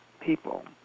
people